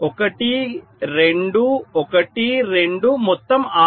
1 2 1 2 మొత్తం 6